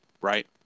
right